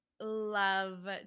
love